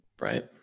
Right